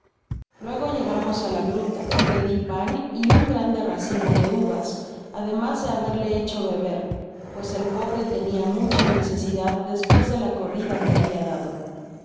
luego que llegamos á la grata le di pan y un grande racimo de uvas además de haberle hecho beber pues el pobre tenia mucha necesidad despues de ja corrida que habia dado